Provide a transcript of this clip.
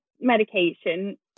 medication